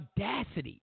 audacity